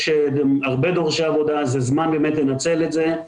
יש הרבה דורשי עבודה, זה זמן באמת לנצל את זה.